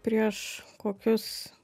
prieš kokius